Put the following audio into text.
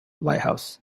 lighthouse